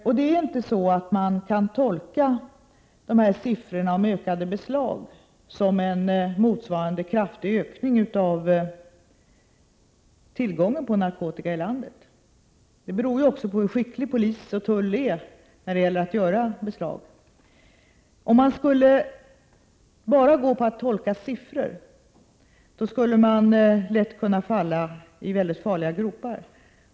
Siffrorna för ökade beslag kan man emellertid inte tolka som en motsvarande kraftig ökning av tillgången på narkotika i landet. Det beror också på hur skicklig polisen och tullen är när det gäller att göra beslag. Om man bara skulle tolka siffror, skulle man lätt kunna falla i mycket farliga gropar.